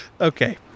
Okay